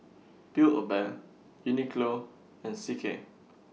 Build A Bear Uniqlo and C K